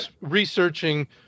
researching